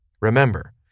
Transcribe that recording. Remember